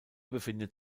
befindet